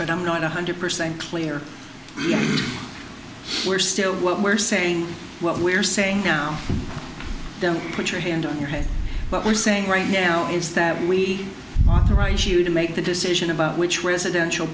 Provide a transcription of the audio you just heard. but i'm not one hundred percent clear we're still what we're saying what we're saying now don't put your hand on your head but we're saying right now is that we right you to make the decision about which residential